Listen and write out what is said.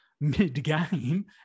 mid-game